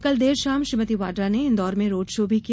कल देर शाम श्रीमती वाड्रा ने इन्दौर में रोड शो भी किया